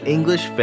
English